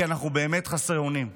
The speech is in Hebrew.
כי אנחנו באמת חסרי אונים.